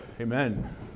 Amen